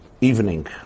evening